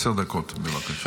עשר דקות, בבקשה.